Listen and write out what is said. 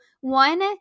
one